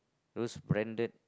those branded